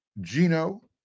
Gino